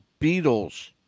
Beatles